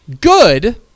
Good—